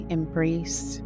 embrace